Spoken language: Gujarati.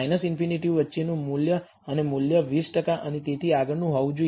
અને ∞ વચ્ચેનું મૂલ્ય અને મૂલ્ય 20 ટકા અને તેથી આગળનું હોવું જોઈએ